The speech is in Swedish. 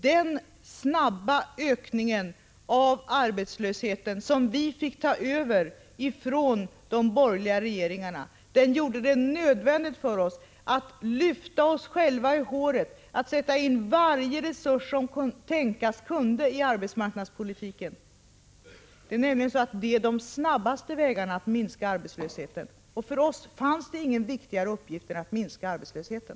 Den snabba ökningen av arbetslösheten som vi fick ta över från de borgerliga regeringarna gjorde det nödvändigt för oss att lyfta oss själva i håret, att sätta in varje resurs som tänkas kunde i arbetsmarknadspolitiken. Det är nämligen den snabbaste vägen att minska arbetslösheten, och för oss fanns det ingen viktigare uppgift än att minska arbetslösheten.